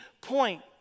point